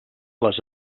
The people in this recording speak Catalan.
les